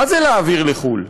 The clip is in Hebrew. מה זה להעביר לחו"ל?